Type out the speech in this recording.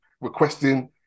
requesting